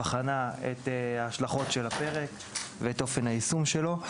הוועדה בחנה את ההשלכות של הפרק ואת אופן היישום שלו.